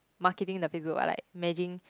marketing the facebook uh like imagine